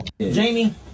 Jamie